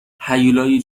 هیولایی